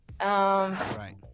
Right